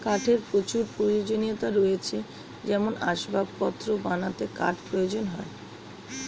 কাঠের প্রচুর প্রয়োজনীয়তা রয়েছে যেমন আসবাবপত্র বানাতে কাঠ প্রয়োজন হয়